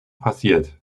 passiert